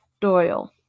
Doyle